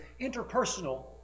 interpersonal